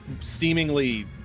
seemingly